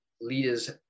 leaders